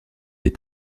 des